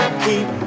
keep